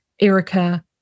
Erica